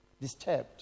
disturbed